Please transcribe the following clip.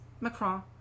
Macron